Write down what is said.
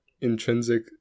intrinsic